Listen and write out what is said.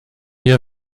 ihr